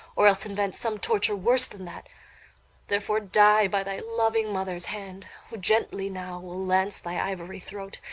or else invent some torture worse than that therefore die by thy loving mother's hand, who gently now will lance thy ivory throat,